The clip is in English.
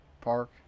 park